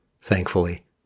thankfully